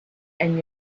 and